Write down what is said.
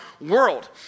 world